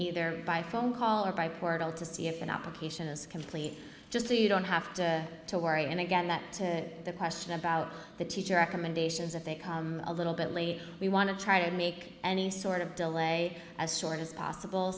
either by phone call or by portal to see if an application is complete just so you don't have to worry and again that question about the teacher recommendations if they come a little bit later we want to try to make any sort of delay as short as possible